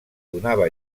donava